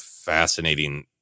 fascinating